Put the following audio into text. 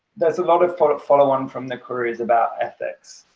there's a lot of follow follow on from the careers about ethics,